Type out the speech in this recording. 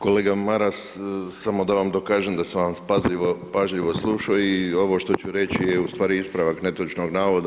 Kolega Maras, samo da vam dokažem da sam vas pažljivo slušao i ovo što ću reći je u stvari ispravak netočnog navoda.